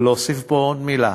אבל להוסיף פה עוד מילה,